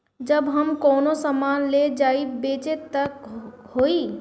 जब हम कौनो सामान ले जाई बेचे त का होही?